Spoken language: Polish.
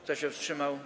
Kto się wstrzymał?